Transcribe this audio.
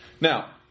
Now